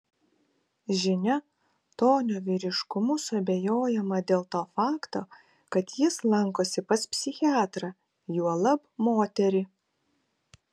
žinia tonio vyriškumu suabejojama dėl to fakto kad jis lankosi pas psichiatrą juolab moterį